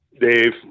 Dave